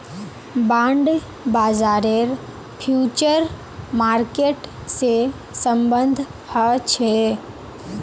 bond बाजारेर future market से सम्बन्ध ह छे